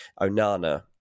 Onana